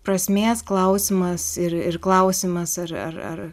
prasmės klausimas ir ir klausimas ar ar ar